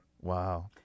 Wow